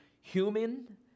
human